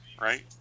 right